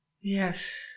yes